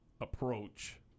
approach